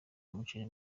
umuceri